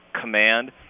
command